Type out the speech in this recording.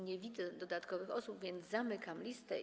Nie widzę dodatkowych osób, więc zamykam listę.